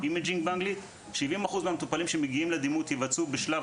כאשר בכל שלב